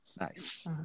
Nice